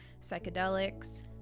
psychedelics